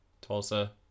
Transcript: Tulsa